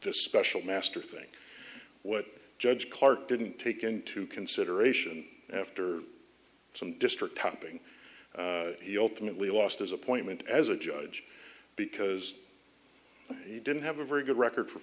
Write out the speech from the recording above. the special master thing what judge clark didn't take into consideration after some district topping he alternately lost his appointment as a judge because he didn't have a very good record for